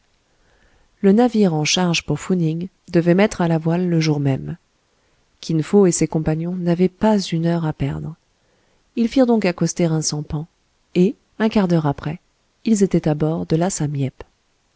le navire en charge pour fou ning devait mettre à la voile le jour même kin fo et ses compagnons n'avaient pas une heure à perdre ils firent donc accoster un sampan et un quart d'heure après ils étaient à bord de la